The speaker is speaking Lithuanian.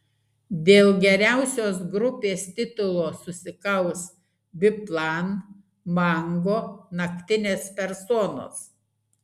dėl geriausios grupės titulo susikaus biplan mango naktinės personos